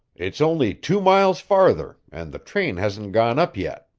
it's only two miles farther, and the train hasn't gone up yet.